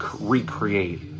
recreate